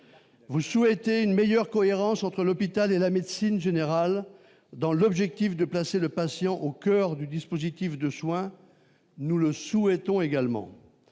vous souhaitez une meilleure cohérence entre l'hôpital et la médecine générale dans l'objectif de placer le patient au coeur du dispositif de soin, nous le souhaitons également,